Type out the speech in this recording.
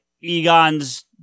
Egon's